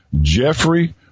Jeffrey